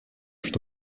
что